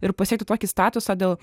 ir pasiekti tokį statusą dėl